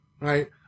right